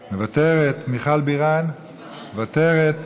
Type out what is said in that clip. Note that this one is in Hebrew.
מוותרת, מיכל בירן, מוותרת.